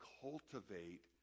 cultivate